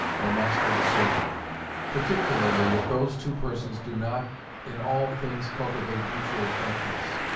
or master and servant particularly if those two persons do not in all things cultivate mutual frankness?